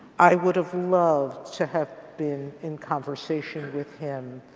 i would have loved to have been in conversation with him,